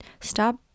stop